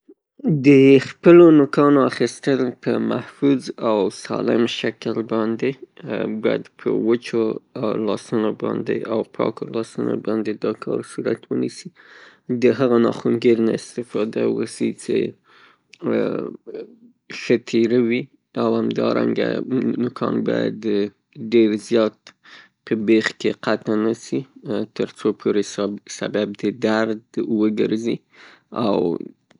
د خپلو نوکانو اخیستل په محفوظ او سالم شکل باندې باید په وچو لاسونو باندې او پاکو لاسونو باندې دا کار صورت ونیسي. دهغه ناخونګیر نه استفاده وسي څه شه تیره وي او همدارنګه نوکان باید ډیر زیات په بیخ کې قطع نسي تر څو يورئ سبب د درد ونه ګرځي او.